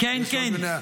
יש כל מיני,